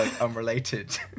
unrelated